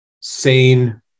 sane